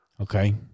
Okay